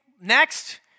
next